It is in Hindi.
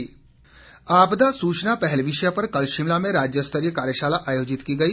कार्यशाला आपदा सूचना पहल विषय पर कल शिमला में राज्यस्तरीय कार्यशाला आयोजित की गई